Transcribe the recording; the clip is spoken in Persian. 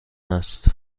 است